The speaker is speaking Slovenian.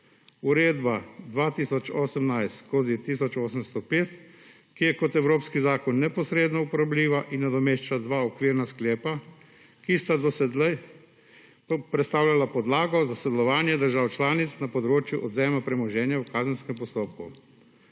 Uredba 2018/1805 je kot evropski zakon neposredno uporabljiva in nadomešča dva okvirna sklepa, ki sta do sedaj predstavljala podlago za sodelovanje držav članic na področju odvzema premoženja v kazenskem postopku.